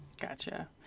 Gotcha